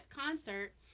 concert